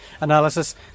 analysis